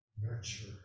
nurture